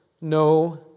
no